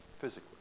physically